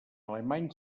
alemany